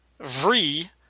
vri